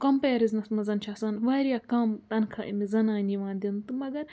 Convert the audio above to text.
comparisons منٛز چھِ آسان وارِیاہ کَم تنخواہ أمِس زنانہِ یِوان دِنہٕ تہٕ مگر